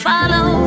Follow